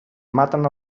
maten